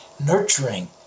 nurturing